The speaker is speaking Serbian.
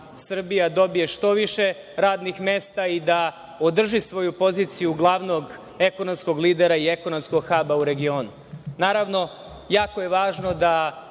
Srbija dobije što više radnih mesta i da održi svoju poziciju glavnog ekonomskog lidera i ekonomskog haba u regionu. Naravno, jako je važno da